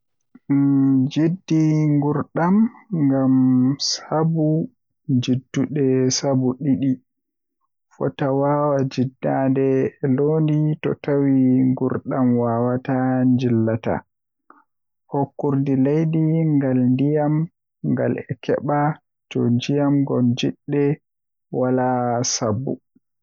Njidi nguurndam ngam sabu njiddude sabu ɗiɗi, fota waawaa njiddaade e loowdi so tawii nguurndam waawataa njillataa. Hokkondir leydi ngal e ndiyam ngal e keɓa joom ndiyam ngoni njiddude walla sabu.